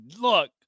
Look